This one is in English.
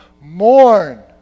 mourn